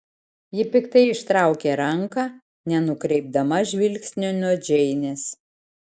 ji piktai ištraukė ranką nenukreipdama žvilgsnio nuo džeinės